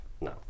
No